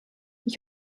ich